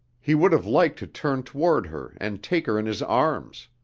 he would have liked to turn toward her and take her in his arms.